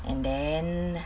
and then